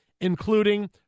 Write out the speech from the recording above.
including